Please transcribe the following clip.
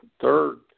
third